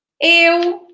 Eu